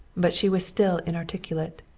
but she was still inarticulate.